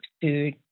food